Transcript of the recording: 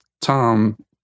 Tom